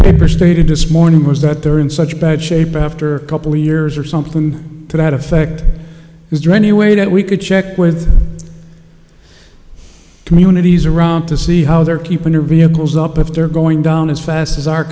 paper stated this morning was that they're in such bad shape after a couple of years or something to that effect is do anyway that we could check with the communities around to see how they're keeping their vehicles up if they're going down as fast as our